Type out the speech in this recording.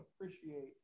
appreciate